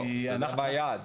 לא, זה היעד.